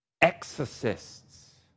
exorcists